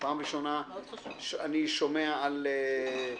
לראשונה אני שומע את זה.